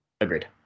Agreed